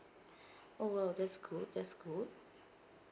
oh !wow! that's good that's good